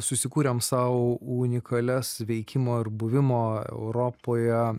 susikūrėm sau unikalias veikimo ar buvimo europoje